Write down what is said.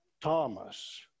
Thomas